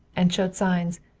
and showed signs,